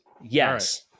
yes